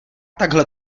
takhle